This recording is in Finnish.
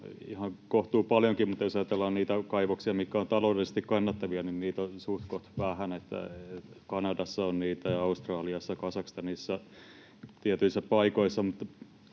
ihan kohtuupaljonkin, mutta jos ajatellaan niitä kaivoksia, mitkä ovat taloudellisesti kannattavia, niitä on suht koht vähän: Kanadassa on niitä ja Australiassa, Kazakstanissa, tietyissä paikoissa.